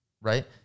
Right